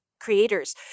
creators